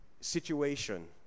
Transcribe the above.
situation